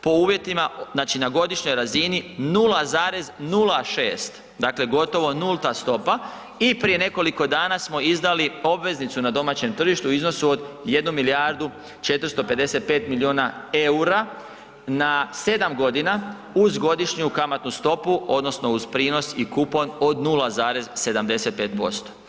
po uvjetima znači na godišnjoj razini 0,06 dakle gotovo nulta stopa i prije nekoliko dana smo izdali obveznicu na domaćem tržištu u iznosu od 1 milijardu 455 milijuna eura na 7 godina uz godišnju kamatnu stopu odnosno uz prinos i kupon od 0,75%